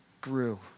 grew